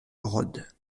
rhodes